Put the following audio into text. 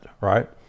right